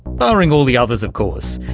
barring all the others of course.